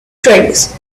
travis